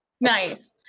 nice